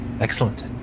excellent